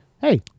Hey